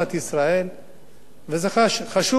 וחשוב, צריכים לפרוס את החוב.